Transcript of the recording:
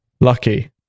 lucky